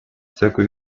всякую